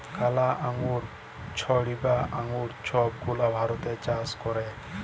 কালা আঙ্গুর, ছইবজা আঙ্গুর ছব গুলা ভারতে চাষ ক্যরে